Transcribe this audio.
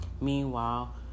Meanwhile